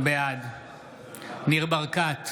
בעד ניר ברקת,